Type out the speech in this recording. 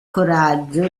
coraggio